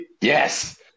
Yes